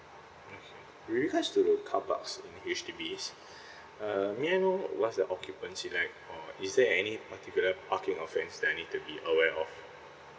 okay will you guys do the car parks in H_D_Bs uh may I know what's the occupancy like for is there any particular parking offerings that I need to be aware of